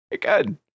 good